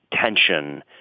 tension